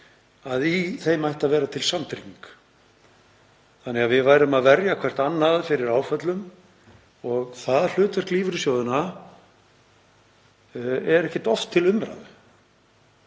að í þeim ætti að vera samtrygging þannig að við værum að verja hvert annað fyrir áföllum. Það hlutverk lífeyrissjóðanna er ekkert oft til umræðu.